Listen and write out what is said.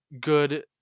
good